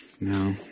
No